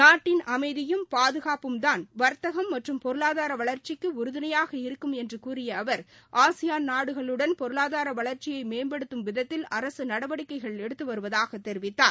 நாட்டின் அமைதியும் பாதுகாப்பும்தான் வர்த்தகம் மற்றும் பொருளாதார வளர்ச்சிக்கு உறுதுணையாக இருக்கும் என்று கூறிய அவர் ஆசியான் நாடுகளுடன் பொருளாதார வளர்ச்சியை மேம்படுத்தும் விதத்தில் அரசு நடவடிக்கைகள் எடுத்து வருவதாக தெரிவித்தார்